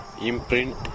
imprint